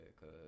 cause